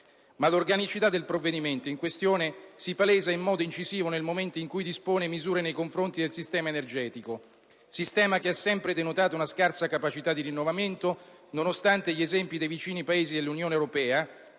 L'organicità del provvedimento in questione si palesa in modo incisivo nel momento in cui dispone misure nei confronti del sistema energetico, sistema che ha sempre denotato una scarsa capacità di rinnovamento, nonostante gli esempi dei vicini Paesi dell'Unione europea